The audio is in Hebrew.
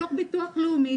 בתוך ביטוח לאומי,